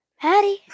Patty